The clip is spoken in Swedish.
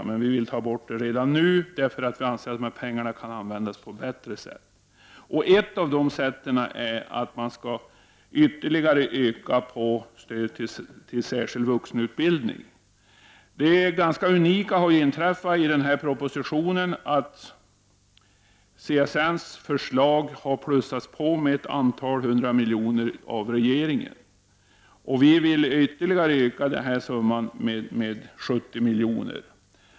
Vi vill dock få bort det här stödet redan nu, eftersom vi anser att pengarna kan användas på ett bättre sätt. T.ex. kunde man ytterligare utöka stödet till särskild vuxenutbildning. När det gäller propositionen i fråga är det ganska unikt att det belopp som CSN föreslår har plussats på med ett antal hundra miljoner av regeringen. Vi vill utöka summan med ytterligare 70 miljoner.